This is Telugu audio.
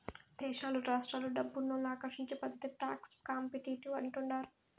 దేశాలు రాష్ట్రాలు డబ్బునోళ్ళు ఆకర్షించే పద్ధతే టాక్స్ కాంపిటీషన్ అంటుండారు